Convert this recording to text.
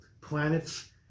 planets